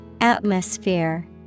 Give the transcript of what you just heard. Atmosphere